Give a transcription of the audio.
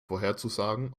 vorherzusagen